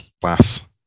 class